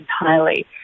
entirely